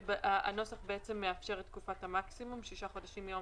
הנוסח מאפשר את תקופת מקסימום שישה חודשים מיום